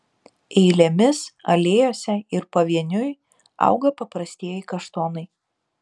eilėmis alėjose ir pavieniui auga paprastieji kaštonai